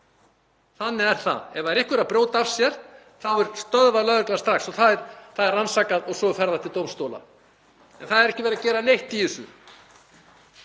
Þannig er það. Ef einhver er að brjóta af sér þá stöðvar lögreglan það strax og það er rannsakað og svo fer það til dómstóla. En það er ekki verið að gera neitt í þessu.